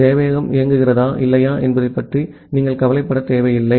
சேவையகம் இயங்குகிறதா இல்லையா என்பது பற்றி நீங்கள் கவலைப்படுவதில்லை